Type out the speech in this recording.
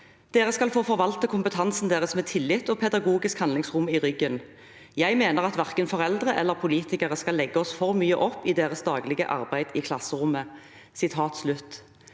«Dere skal få forvalte kompetansen deres med tillit og pedagogisk handlingsrom i ryggen.» «Jeg mener at hverken foreldre eller politikere skal legge oss for mye opp i deres daglige arbeid i klasserommet.»